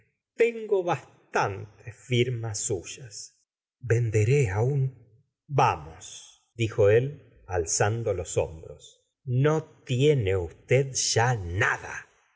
tengo bastantes firmas suyas venderé aún vamos dijo él alzando los hómbros no tiene usted ya nada